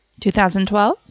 2012